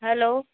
hello